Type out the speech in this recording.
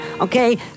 Okay